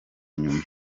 nyuma